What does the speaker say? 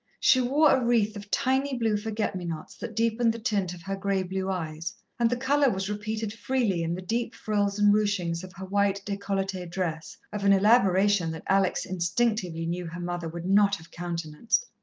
she wore a wreath of tiny blue forget-me-nots that deepened the tint of her grey-blue eyes, and the colour was repeated freely in the deep frills and ruchings of her white, decolletee dress, of an elaboration that alex instinctively knew her mother would not have countenanced.